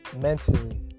mentally